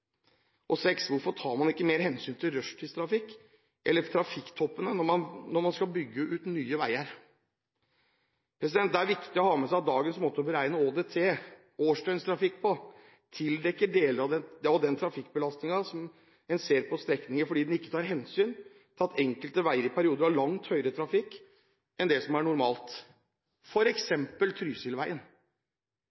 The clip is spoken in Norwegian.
Hvorfor tar man ikke mer hensyn til rushtidstrafikken eller trafikktoppene når man skal bygge ut nye veier? Det er viktig å ha med seg at dagens måte å beregne ÅDT, årsdøgntrafikk, på, tildekker deler av den trafikkbelastningen som en ser på en strekning fordi den ikke tar hensyn til at enkelte veier i perioder har langt høyere trafikk enn det som er normalt,